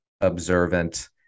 observant